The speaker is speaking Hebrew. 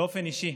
באופן אישי,